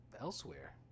elsewhere